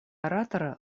оратора